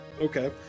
Okay